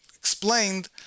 explained